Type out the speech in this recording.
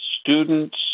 students